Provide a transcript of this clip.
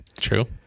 True